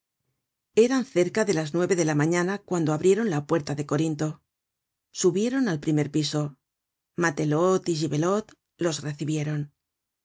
era cerca de las nueve de la mañana cuando abrieron la puerta de corinto subieron al primer piso matelote y gibelote los recibieron